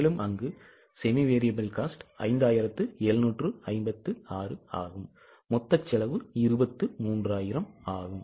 மேலும் அங்கு SVC 5756 ஆகும் மொத்த செலவு 23000 ஆகும்